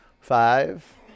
Five